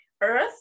earth